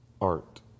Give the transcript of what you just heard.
art